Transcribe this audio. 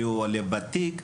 מי הוא עולה ותיק,